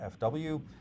FW